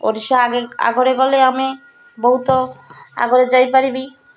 ଓଡ଼ିଶା ଆଗରେ ଗଲେ ଆମେ ବହୁତ ଆଗରେ ଯାଇପାରିବି